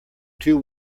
two